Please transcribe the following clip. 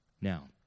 Now